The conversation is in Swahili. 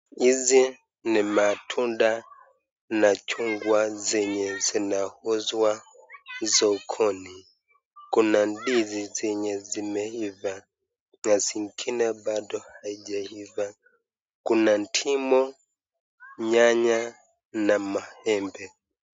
Hizi ni matunda na chungwa zenye zinauzwa sokoni. Kuna ndizi zenye zimeiva na kuna zingine bado haijaiva kuna ndimu, nyanya na maembe.